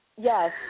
Yes